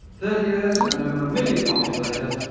thirty years and over a million copies later,